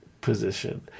position